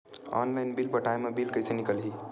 Online bill पटाय मा bill कइसे निकलही?